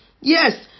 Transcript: Yes